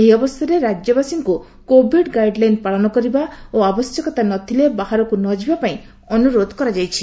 ଏହି ଅବସରରେ ରାଜ୍ୟବାସୀଙ୍କୁ କୋଭିଡ୍ ଗାଇଡ୍ଲାଇନ୍ ପାଳନ କରିବା ଓ ଆବଶ୍ୟକ ନ ଥିଲେ ବାହାରକୁ ନଯିବା ପାଇଁ ଅନୁରୋଧ କରାଯାଇଛି